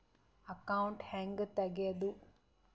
Account ಹ್ಯಾಂಗ ತೆಗ್ಯಾದು?